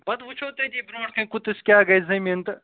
پَتہٕ وٕچھو تٔتی برونٛٹھ کَنۍ کۭتِس کیٛاہ گَژھِ زٔمیٖن تہٕ